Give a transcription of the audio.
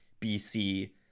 BC